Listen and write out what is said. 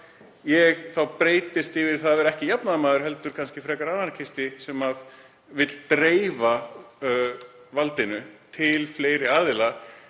ég þá breytist yfir í að vera ekki jafnaðarmaður heldur kannski frekar anarkisti sem vill dreifa valdinu til fleiri aðila,